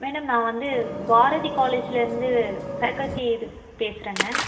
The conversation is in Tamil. மேடம் நான் வந்து பாரதி காலேஜ்லருந்து ஃபேக்கல்ட்டி இது பேசுகிறங்க